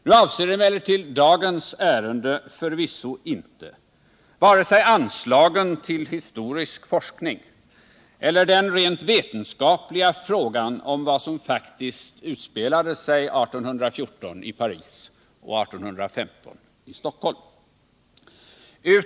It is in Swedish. Nu gäller dagens ärende förvisso inte vare sig anslagen till historisk forskning eller den rent vetenskapliga frågan om vad som faktiskt utspelade sig 1814 i Paris och 1815 i Stockholm.